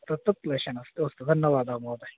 तत्तु क्लेशः नास्ति अस्तु धन्यवादः महोदय